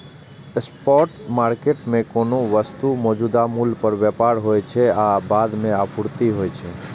spot market मे कोनो वस्तुक मौजूदा मूल्य पर व्यापार होइ छै आ बाद मे आपूर्ति होइ छै